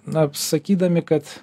na sakydami kad